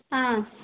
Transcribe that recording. ആ